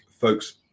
folks